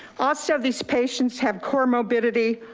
also these patients have comorbidity,